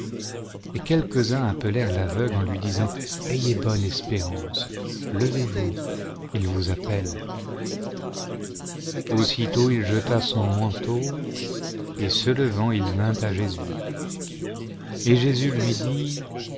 et quelques-uns appelèrent l'aveugle en lui disant ayez bonne espérance levez vous il vous appelle aussitôt il jeta son manteau et se levant il vint à jésus et jésus lui dit